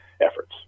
efforts